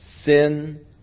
sin